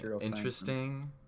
interesting